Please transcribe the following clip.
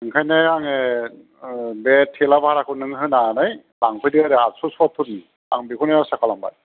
ओंखायनो आङो बे थेला बारहाखौ नों होनानै लांफैदो आदस'सवाथुरनि आं बेखौनो आसा खालामबाय